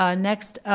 um next,